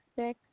six